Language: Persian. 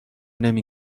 نمی